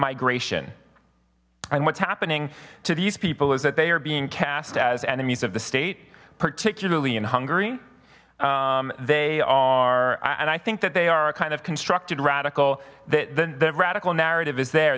migration and what's happening to these people is that they are being cast as enemies of the state particularly in hungary they are and i think that they are a kind of constructed radical that the radical narrative is the